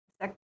second